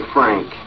Frank